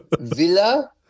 Villa